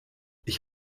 ich